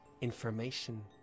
information